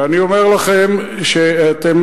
ואני אומר לכם שאתם